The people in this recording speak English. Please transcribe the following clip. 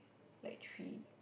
like three